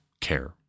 care